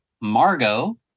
Margot